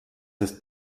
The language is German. ist